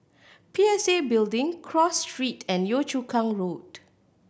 P S A Building Cross Street and Yio Chu Kang Road